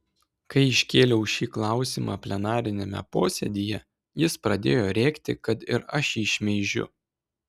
kai iškėliau šį klausimą plenariniame posėdyje jis pradėjo rėkti kad ir aš jį šmeižiu